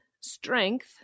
Strength